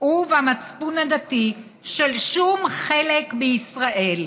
ובמצפון הדתי של שום חלק בישראל.